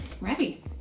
Ready